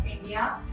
India